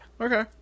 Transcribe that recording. Okay